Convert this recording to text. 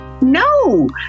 No